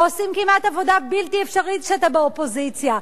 ועושים כמעט עבודה בלתי אפשרית כשאתה באופוזיציה,